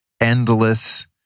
endless